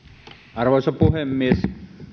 arvoisa puhemies